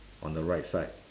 on the right side